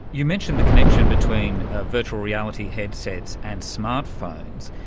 you mentioned the connection between ah virtual reality headsets and smart phones.